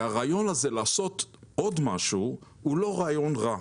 הרעיון הזה לעשות עוד משהו הוא לא רעיון רע,